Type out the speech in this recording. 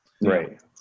Right